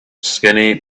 skinny